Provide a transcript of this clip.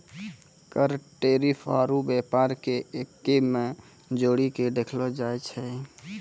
कर टैरिफ आरू व्यापार के एक्कै मे जोड़ीके देखलो जाए छै